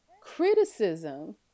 criticism